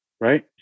right